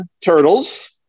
Turtles